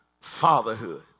fatherhood